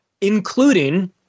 including